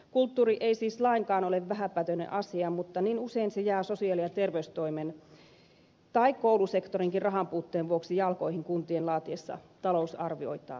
kulttuuri ei siis lainkaan ole vähäpätöinen asia mutta niin usein se jää sosiaali ja terveystoimen tai koulusektorinkin rahanpuutteen vuoksi jalkoihin kuntien laatiessa talousarvioitaan